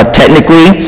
technically